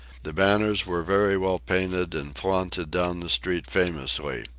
the banners were very well painted, and flaunted down the street famously.